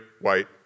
white